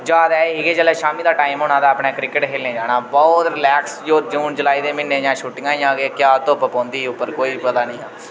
जादा एह् कि जेल्लै शामीं दा टैम होना तां अपना क्रिकेट खेल्लने ई जाना बहुत रिलेक्स जो जून जुलाई दे म्हीने दी छुट्टियां जां कि क्या धुप्प पौंदी ही उप्पर कोई पता निं